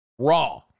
raw